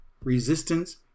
Resistance